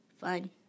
Fine